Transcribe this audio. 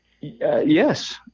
yes